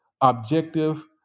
objective